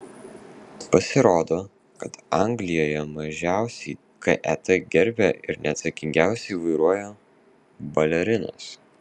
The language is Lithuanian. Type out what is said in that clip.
pasirodo kad anglijoje mažiausiai ket gerbia ir neatsakingiausiai vairuoja balerinos